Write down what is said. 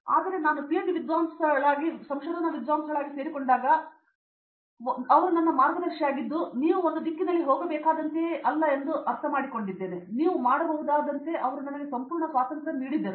ಆದರೆ ನಾನು ಪಿಎಚ್ಡಿ ವಿದ್ವಾಂಸನಾಗಿ ಸಂಶೋಧನಾ ವಿದ್ವಾಂಸನಾಗಿ ಸೇರಿಕೊಂಡಾಗ ಅದು ನನ್ನ ಮಾರ್ಗದರ್ಶಿಯಾಗಿದ್ದು ನೀವು ಒಂದು ದಿಕ್ಕಿನಲ್ಲಿ ಹೋಗಬೇಕಾದಂತೆಯೇ ಅಲ್ಲ ಎಂದು ನಾನು ಅರ್ಥಮಾಡಿಕೊಂಡಿದ್ದೇನೆ ನೀವು ಮಾಡಬಹುದಾದಂತೆ ಅವರು ನನಗೆ ಸಂಪೂರ್ಣ ಸ್ವಾತಂತ್ರ್ಯ ನೀಡಿದರು